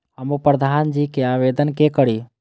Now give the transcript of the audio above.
हमू प्रधान जी के आवेदन के करी?